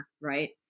Right